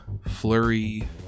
Flurry